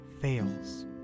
fails